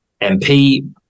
MP